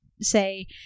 say